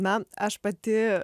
na aš pati